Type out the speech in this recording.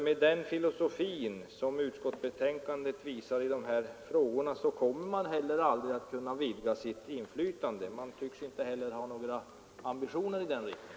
Med den filosofi som utskottsbetänkandet ger uttryck för i dessa frågor kommer samhället aldrig att kunna vidga sitt inflytande. Man tycks inte heller ha några ambitioner i den riktningen.